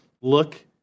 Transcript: Look